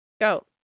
Go